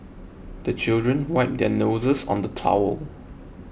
the children wipe their noses on the towel